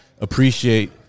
appreciate